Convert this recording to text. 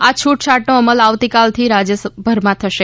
આ છૂટછાટનો અમલ આવતીકાલથી રાજ્યભરમાં થશે